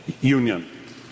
union